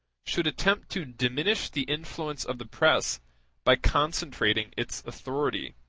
should attempt to diminish the influence of the press by concentrating its authority.